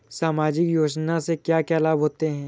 सामाजिक योजना से क्या क्या लाभ होते हैं?